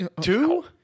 Two